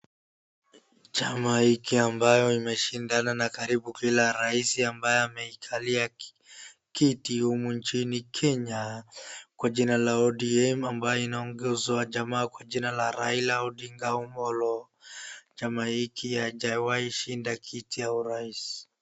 Chama hiki ambayo imeshindana na karibu kila rais ambaye ameikalia ki, kiti humu nchini Kenya, kwa jina la ODM, ambayo inaongozwa jamaa kwa jina Raila Odinga Omollo. Chama hiki haijawahi shinda kiti ya urais.